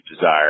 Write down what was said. desire